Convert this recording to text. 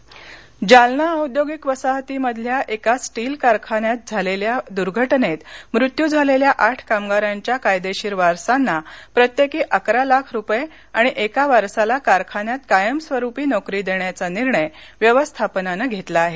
भरपाई जालना औद्योगिक वसाहतीमधल्या एका स्टील कारखान्यात झालेल्या दूर्घटनेत मृत्यू झालेल्या आठ कामगारांच्या कायदेशीर वारसांना प्रत्येकी अकरा लाख रुपये आणि एका वारसाला कारखान्यात कायमस्वरुपी नोकरी देण्याचा निर्णय व्यवस्थापनानं घेतला आहे